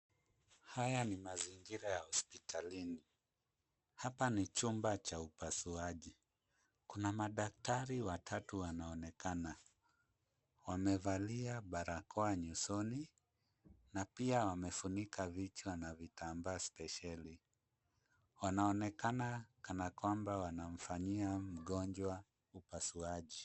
Haya ni mazingira ya hospitalini. Hapa ni chumba cha upasuaji. Kuna madaktari watatu wanaonekana. Wamevalia barakoa nyusoni na pia wamefunikwa vichwa na vitambaa spesheli. Wanaonekana kama kwamba wanamfanyia mgonjwa upasuaji.